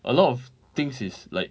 a lot of things is like